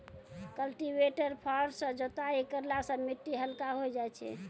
cultivator फार सँ जोताई करला सें मिट्टी हल्का होय जाय छै